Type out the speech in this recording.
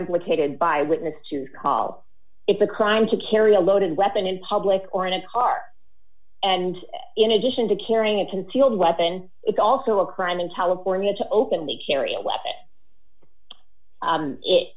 implicated by witness to call it a crime to carry a loaded weapon in public or in a car and in addition to carrying a concealed weapon it's also a crime in california to open they carry a weapon if it